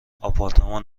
آپارتمان